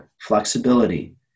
flexibility